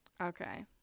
okay